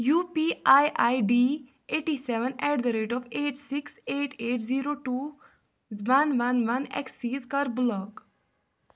U P I I D eighty seven at the rate of eight six eight eight zero two one one one access کَر block